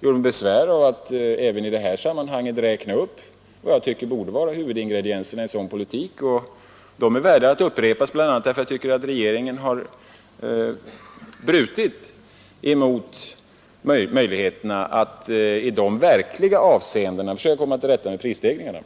gjorde jag mig även i det här sammanhanget besvär med att räkna upp vad jag tyckte borde vara huvudingredienserna i en sådan politik. Det är också värt att upprepa dem därför att jag anser att regeringen har brutit mot möjligheterna att i de verkligt betydelsefulla avseendena försöka komma till rätta med prisstegringarna.